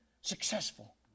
successful